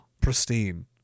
pristine